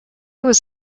was